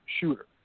shooter